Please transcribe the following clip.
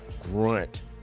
grunt